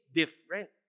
different